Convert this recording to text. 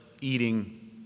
eating